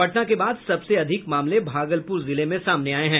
पटना के बाद सबसे अधिक मामले भागलपुर जिले से सामने आये हैं